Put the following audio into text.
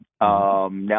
Now